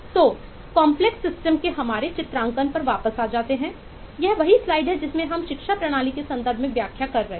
तो जटिल प्रणालियों के हमारे चरित्रांकन पर वापस आ जाएंगे यह वही स्लाइड जिसमें हम शिक्षा प्रणाली के संदर्भ में व्याख्या कर रहे हैं